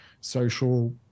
social